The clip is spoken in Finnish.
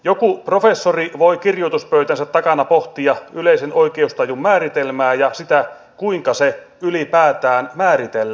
joku professori voi kirjoituspöytänsä takana pohtia yleisen oikeustajun määritelmää ja sitä kuinka se ylipäätään määritellään